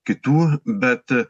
kitų bet